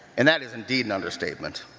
and that is undeed an understatement,